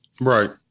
Right